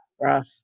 Rough